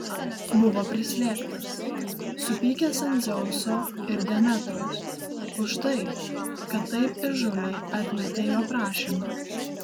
buvo prislėgtas supykęs ant dzeuso ir demetros už tai kad taip įžūliai atmetė jo prašymą